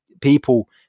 people